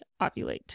ovulate